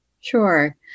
Sure